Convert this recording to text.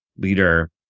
leader